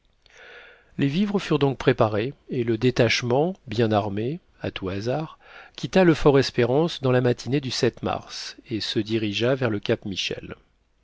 les vivres furent donc préparés et le détachement bien armé à tout hasard quitta le fort espérance dans la matinée du mars et se dirigea vers le cap michel